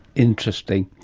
interesting.